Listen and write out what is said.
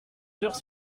heures